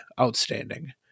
outstanding